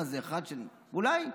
אולי,